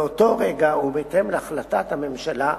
מאותו רגע, ובהתאם להחלטת הממשלה בנושא,